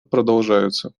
продолжаются